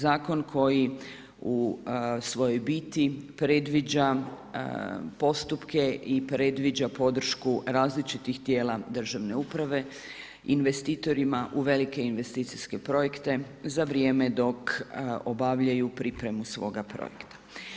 Zakon koji u svojoj biti predviđa postupke i predviđa podršku različitih tijela državne uprave investitorima u velike investicijske projekte za vrijeme dok obavljaju pripremu svoga projekta.